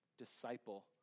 Disciple